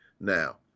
Now